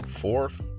fourth